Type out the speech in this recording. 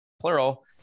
plural